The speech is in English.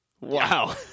Wow